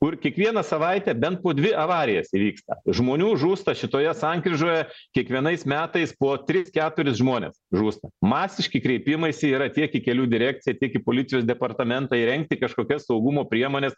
kur kiekvieną savaitę bent po dvi avarijas įvyksta žmonių žūsta šitoje sankryžoje kiekvienais metais po tris keturis žmonės žūsta masiški kreipimaisi yra tiek kelių direkcija tiek į policijos departamentą įrengti kažkokias saugumo priemones